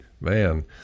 man